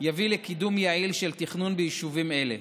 יביאו לקידום יעיל של תכנון ביישובים אלה.